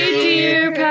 dear